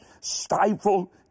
stifle